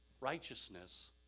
Righteousness